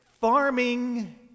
Farming